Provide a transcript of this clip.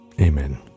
Amen